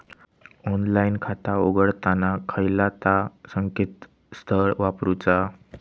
Online खाता उघडताना खयला ता संकेतस्थळ वापरूचा?